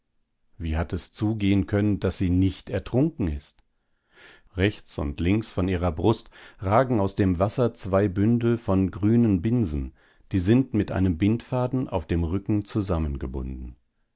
wie hat es zugehen können daß sie nicht ertrunken ist rechts und links von ihrer brust ragen halb aus dem wasser zwei bündel von grünen binsen die sind mit einem bindfaden auf dem rücken zusammengebunden